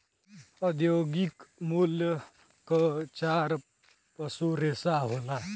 औद्योगिक मूल्य क चार पसू रेसा होला